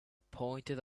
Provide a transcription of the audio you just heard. pointed